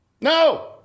No